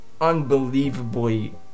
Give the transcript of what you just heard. unbelievably